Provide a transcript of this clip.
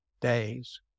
days